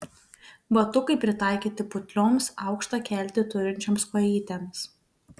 batukai pritaikyti putlioms aukštą keltį turinčioms kojytėms